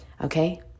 Okay